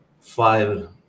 five